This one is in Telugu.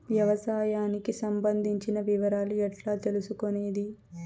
వ్యవసాయానికి సంబంధించిన వివరాలు ఎట్లా తెలుసుకొనేది?